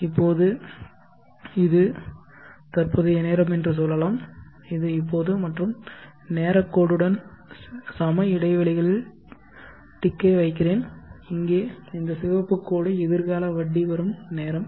இப்போது இது தற்போதைய நேரம் என்று சொல்லலாம் இது இப்போது மற்றும் நேரக் கோடுடன் செம இடைவெளிகளில் டிக்ஸை வைக்கிறேன் இங்கே இந்த சிவப்பு கோடு எதிர்கால வட்டி வரும் நேரம்